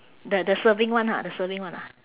the the surfing one ah the surfing one ah